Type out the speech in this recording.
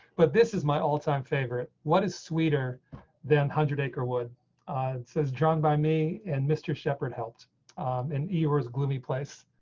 but this is my all time favorite. what is sweeter than hundred acre wood says drawn by me and mr shepherd helped and ears gloomy place.